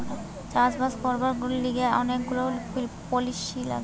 চাষ বাস করবার লিগে অনেক গুলা পলিসি থাকে